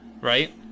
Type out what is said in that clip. Right